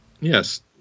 Yes